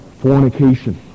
fornication